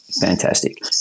fantastic